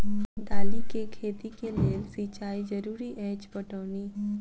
दालि केँ खेती केँ लेल सिंचाई जरूरी अछि पटौनी?